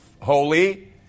holy